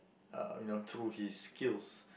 uh you know through his skills